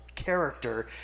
character